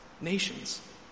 nations